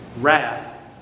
wrath